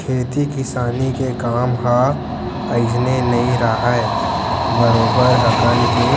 खेती किसानी के काम ह अइसने नइ राहय बरोबर हकन के